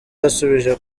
yasubije